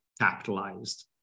capitalized